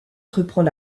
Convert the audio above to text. reprend